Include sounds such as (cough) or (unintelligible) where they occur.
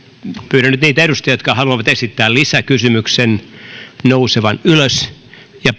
pyydän niitä edustajia jotka haluavat esittää lisäkysymyksen nousemaan ylös ja (unintelligible)